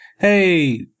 Hey